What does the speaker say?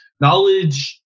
knowledge